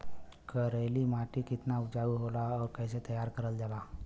करेली माटी कितना उपजाऊ होला और कैसे तैयार करल जाला?